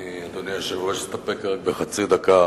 אדוני היושב-ראש, אני אסתפק רק בחצי דקה